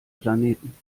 planeten